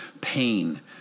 pain